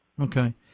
Okay